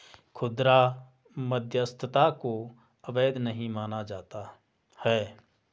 खुदरा मध्यस्थता को अवैध नहीं माना जाता है